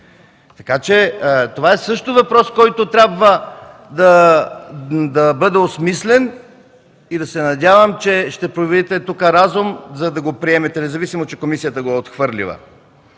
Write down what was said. Това също е въпрос, който трябва да бъде осмислен и се надявам, че ще проявите разум, за да го приемете, независимо, че комисията го е отхвърлила.